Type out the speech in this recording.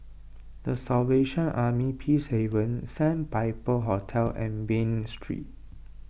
the Salvation Army Peacehaven Sandpiper Hotel and Bain Street